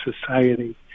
Society